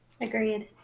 Agreed